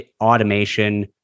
automation